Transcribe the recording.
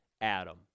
Adam